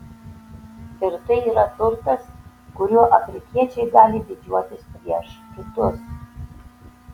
ir tai yra turtas kuriuo afrikiečiai gali didžiuotis prieš kitus